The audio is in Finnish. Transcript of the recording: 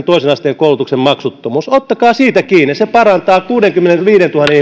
toisen asteen koulutuksen maksuttomuutta ottakaa siitä kiinni se parantaa kuudenkymmenenviidentuhannen